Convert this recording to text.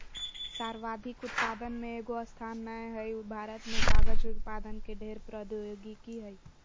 सर्वाधिक उत्पादक में एगो स्थान नय हइ, भारत में कागज उत्पादन के ढेर प्रौद्योगिकी हइ